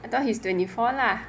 I thought he's twenty four lah